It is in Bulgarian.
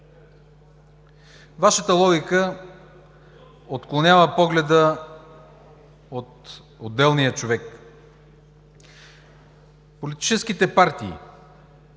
Вашата логика отклонява погледа от отделния човек. Политическите партии